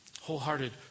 wholehearted